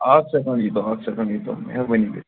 اَکھ سیکَنٛڈ ییٖتو اَکھ سیکنٛڈ ییٖتو میٚہربٲنی کٔرِتھ